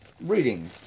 reading